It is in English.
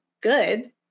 good